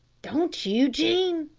don't you, jean?